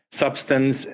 substance